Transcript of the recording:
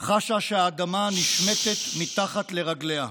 חשה שהאדמה נשמטת תחת לרגליה.